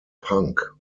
punk